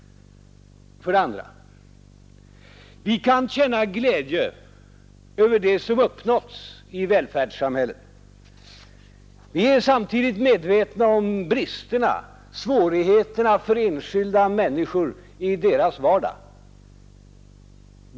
För det andra: Vi kan känna glädje över det som uppnåtts i välfärdssamhället. Vi är samtidigt medvetna om bristerna, svårigheterna för enskilda människor i deras vardag.